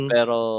Pero